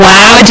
Wow